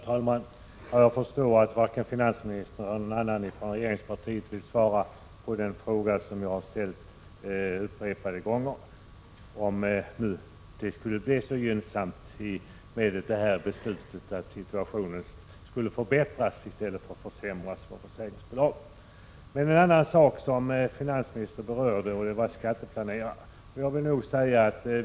Herr talman! Jag förstår att varken finansministern eller någon annan från regeringspartiet vill svara på den fråga som jag har ställt upprepade gånger, nämligen om det här beslutet skulle bli så gynnsamt för försäkringsbolagen att deras situation skulle förbättras i stället för försämras. Men jag vill ta upp en annan sak som finansministern berörde. Han talade om skatteplanerare.